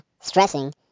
stressing